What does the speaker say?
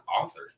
author